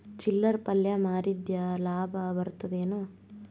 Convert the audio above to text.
ಚಿಲ್ಲರ್ ಪಲ್ಯ ಮಾರಿದ್ರ ಲಾಭ ಬರತದ ಏನು?